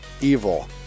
evil